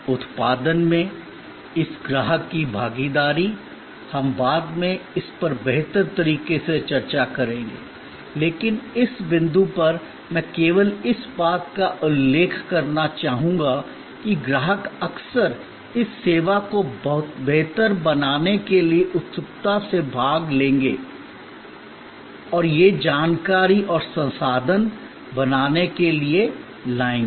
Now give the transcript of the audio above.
उत्पादन में इस ग्राहक की भागीदारी हम बाद में इस पर बेहतर तरीके से चर्चा करेंगे लेकिन इस बिंदु पर मैं केवल इस बात का उल्लेख करना चाहूंगा कि ग्राहक अक्सर इस सेवा को बेहतर बनाने के लिए उत्सुकता से भाग लेंगे और वह जानकारी और संसाधन बनाने के लिए लाएंगे